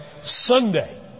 Sunday